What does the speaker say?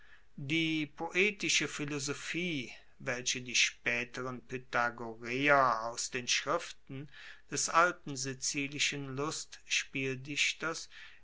die poetische philosophie welche die spaeteren pythagoreer aus den schriften des alten sizilischen